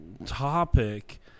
topic